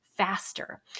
faster